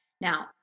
Now